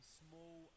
small